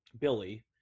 Billy